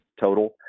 total